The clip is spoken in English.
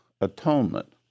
atonement